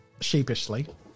Sheepishly